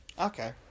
Okay